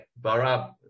Barab